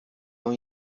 اون